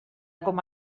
com